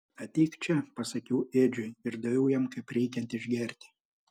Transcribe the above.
ateik čia pasakiau edžiui ir daviau jam kaip reikiant išgerti